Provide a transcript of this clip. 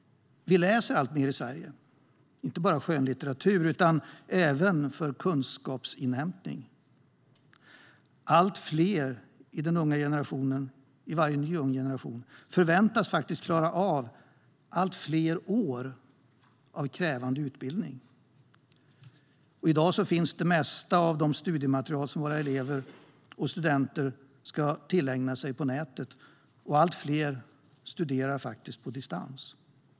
Vi läser alltmer i Sverige, inte bara skönlitteratur utan även för kunskapsinhämtning. Allt fler i varje ny ung generation förväntas klara av allt fler år av krävande utbildning. I dag finns det mesta av det studiematerial som våra elever och studenter ska tillägna sig på nätet, och allt fler studerar på distans.